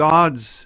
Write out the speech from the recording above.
God's